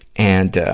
and, ah,